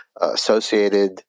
associated